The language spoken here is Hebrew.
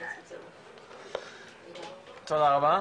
תודה רבה,